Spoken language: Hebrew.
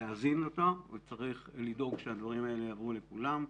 להזין אותה וצריך לדאוג שהדברים האלה יעברו לכולם.